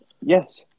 Yes